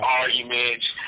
arguments